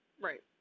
Right